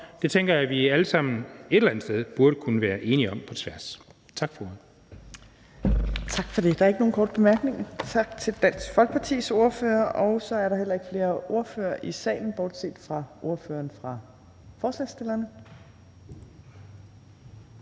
Tak for ordet. Kl. 18:36 Tredje næstformand (Trine Torp): Tak for det. Der er ikke nogen korte bemærkninger. Tak til Dansk Folkepartis ordfører. Og så er der heller ikke flere ordførere i salen bortset fra ordføreren for forslagsstillerne.